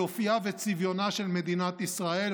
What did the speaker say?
על אופייה וצביונה של מדינת ישראל.